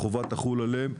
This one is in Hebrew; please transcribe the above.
החובה תחול עליהם,